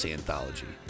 Anthology